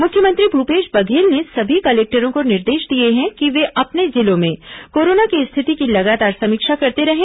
मुख्यमंत्री भूपेश बघेल ने सभी कलेक्टरों को निर्देश दिए हैं कि वे अपने जिलों में कोरोना की स्थिति की लगातार समीक्षा करते रहें